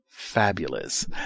Fabulous